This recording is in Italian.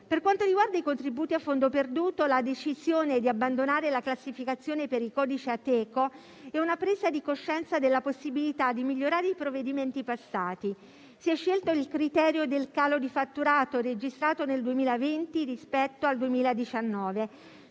Per quanto riguarda i contributi a fondo perduto, la decisione di abbandonare la classificazione per il codice Ateco è una presa di coscienza della possibilità di migliorare i provvedimenti passati. Si è scelto il criterio del calo di fatturato registrato nel 2020 rispetto al 2019,